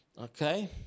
Okay